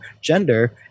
gender